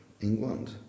England